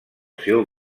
seu